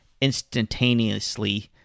instantaneously